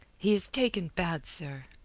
he is taken bad, sir,